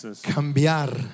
cambiar